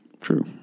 True